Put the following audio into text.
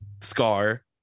Scar